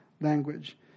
language